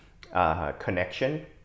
connection